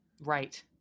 Right